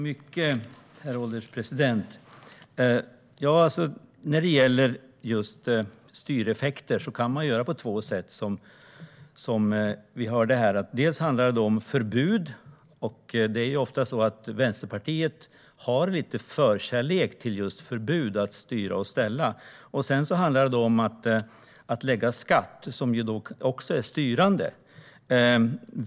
Herr ålderspresident! När det gäller just styreffekter kan man göra på två sätt, vilket vi hörde här. Det handlar för det första om förbud. Det är ofta så att Vänsterpartiet har lite förkärlek för just förbud och att styra och ställa. För det andra handlar det om att lägga en skatt på detta, som också är styrande.